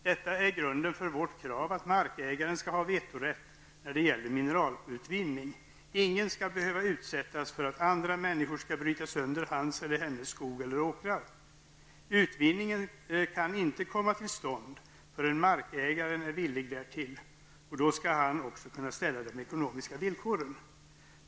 Detta är grunden för vårt krav att markägaren skall ha vetorätt när det gäller mineralutvinning. Ingen skall behöva utsättas för att andra människor bryter sönder hans eller hennes skog eller åkrar. Utvinning kan inte komma till stånd förrän markägaren är villig därtill, och då skall han också kunna ställa de ekonomiska villkoren.